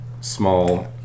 small